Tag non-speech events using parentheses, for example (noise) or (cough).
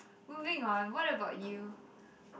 (noise) moving on what about you